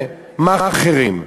למאכערים,